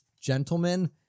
gentlemen